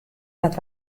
dat